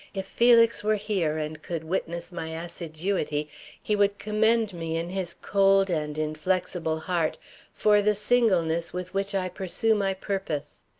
if felix were here and could witness my assiduity, he would commend me in his cold and inflexible heart for the singleness with which i pursue my purpose.